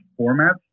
formats